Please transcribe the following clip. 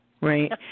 Right